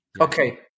Okay